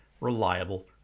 reliable